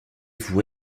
vous